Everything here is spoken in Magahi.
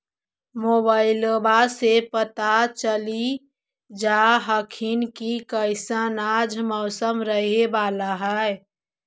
मोबाईलबा से पता चलिये जा हखिन की कैसन आज मौसम रहे बाला है?